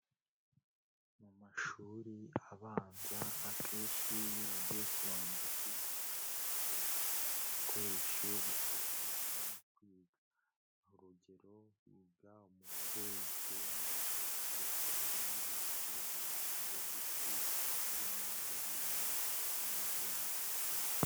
Mu mashuri abanza akenshi iyo bagiye kubanza kwiga bagira ibikoresho bifashisha mu kwiga, urugero biga umubare icyenda ndetse kandi bakiga utubogisi turimo ibintu bimeze nk'utubiye.